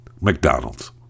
McDonald's